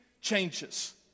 changes